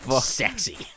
sexy